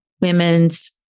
women's